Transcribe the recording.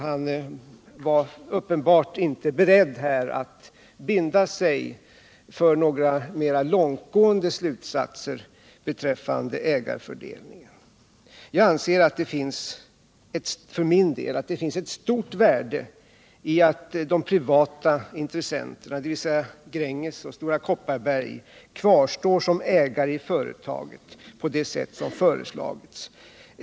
Han var uppenbart inte beredd att här binda sig för några mer långtgående slutsatser beträffande ägarfördelningen. Jag anser att det finns ett stort värde i att de privata intressenterna, dvs. Gränges och Stora Kopparberg, kvarstår i företaget på det sätt som har föreslagits.